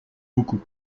beaucoup